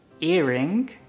earring